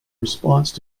response